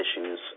issues